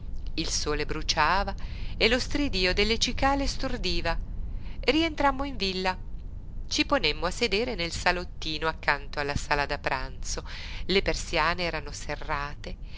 il sole bruciava e lo stridío delle cicale stordiva rientrammo in villa ci ponemmo a sedere nel salottino accanto alla sala da pranzo le persiane erano serrate